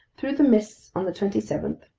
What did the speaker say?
through the mists on the twenty seventh,